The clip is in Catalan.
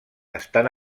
estan